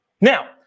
Now